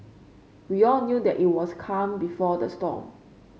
we all knew that it was calm before the storm